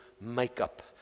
makeup